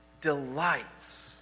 delights